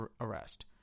arrest